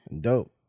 Dope